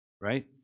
right